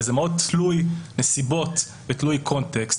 זה מאוד תלוי נסיבות ותלוי קונטקסט.